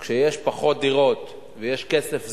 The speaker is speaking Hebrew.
כשיש פחות דירות ויש כסף זול,